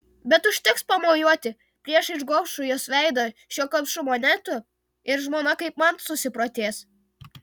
bet užteks pamojuoti priešais gobšų jos veidą šiuo kapšu monetų ir žmona kaipmat susiprotės